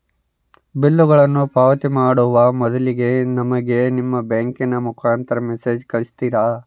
ಬಿಲ್ಲುಗಳನ್ನ ಪಾವತಿ ಮಾಡುವ ಮೊದಲಿಗೆ ನಮಗೆ ನಿಮ್ಮ ಬ್ಯಾಂಕಿನ ಮುಖಾಂತರ ಮೆಸೇಜ್ ಕಳಿಸ್ತಿರಾ?